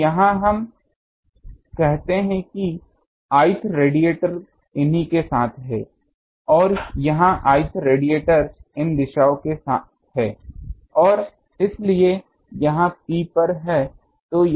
तो यहाँ हम कहते हैं कि यह i th रेडिएटर इन्हीं के साथ है यहाँ i th रेडिएटर इन दिशाओं के साथ है और इसलिए यहाँ P पर है